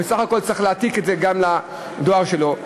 ובסך הכול צריך להעתיק את זה גם לדואר שלו.